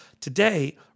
Today